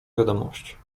wiadomość